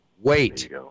wait